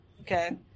Okay